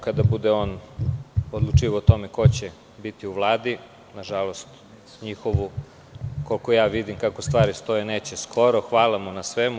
Kada bude on odlučivao o tome ko će biti u Vladi, nažalost njihovu koliko vidim kako stvari stoje neće skoro, hvala mu na svemu.